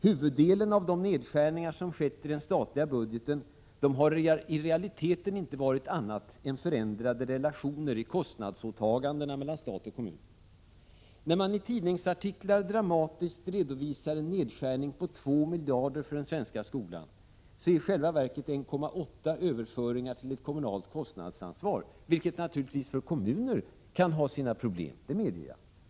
Huvuddelen av de nedskärningar som skett i den statliga budgeten har i realiteten inte varit annat än förändrade relationer i kostnadsåtagandena mellan stat och kommun. När man i tidningsartiklar dramatiskt redovisar en nedskärning på 2 miljarder för den svenska skolan, är i själva verket 1,8 miljarder överföringar till ett kommunalt kostnadsansvar, vilket naturligtvis för kommuner kan ha sina problem — det medger jag.